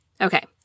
okay